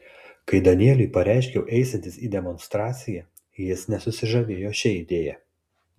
kai danieliui pareiškiau eisiantis į demonstraciją jis nesusižavėjo šia idėja